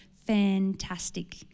fantastic